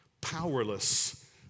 powerless